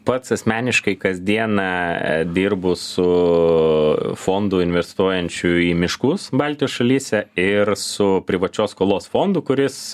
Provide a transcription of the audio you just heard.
pats asmeniškai kasdieną dirbu su fondu investuojančiu į miškus baltijos šalyse ir su privačios skolos fondu kuris